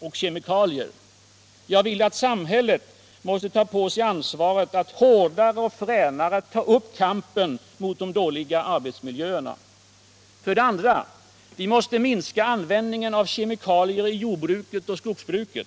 och kemikalier. Samhället måste ta på sig ansvaret att hårdare och fränare ta upp kampen mot de dåliga arbetsmiljöerna. 2. Vi måste minska användningen av kemikalier i jordoch skogsbruket.